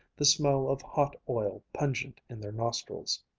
the smell of hot oil pungent in their nostrils.